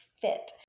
fit